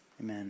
Amen